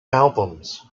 albums